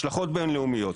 השלכות בין-לאומיות.